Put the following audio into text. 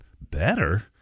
better